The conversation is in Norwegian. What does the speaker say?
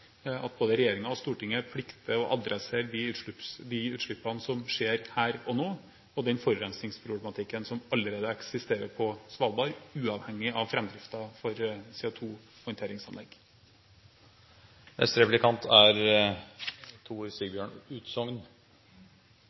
at både regjeringen og Stortinget plikter å adressere de utslippene som skjer her og nå, og den forurensningsproblematikken som allerede eksisterer på Svalbard, uavhengig av framdriften for